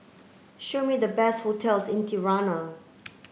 show me the best hotels in Tirana